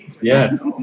Yes